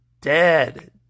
Dead